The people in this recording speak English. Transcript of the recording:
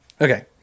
Okay